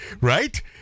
Right